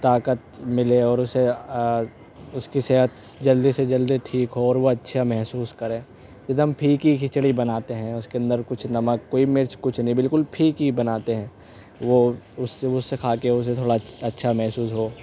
طاقت ملے اور اسے اس کی صحت جلدی سے جلدی ٹھیک ہو اور وہ اچھا محسوس کرے ایک دم پھیکی کھچڑی بناتے ہیں اس کے اندر کچھ نمک کوئی مرچ کچھ نہیں بالکل پھیکی بناتے ہیں وہ اس سے کھا کے اس تھوڑا اچھا محسوس ہو